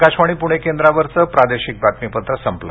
आकाशवाणी पुणे केंद्रावरचं प्रादेशिक बातमीपत्र संपलं